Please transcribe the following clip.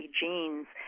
genes